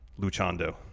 Luchando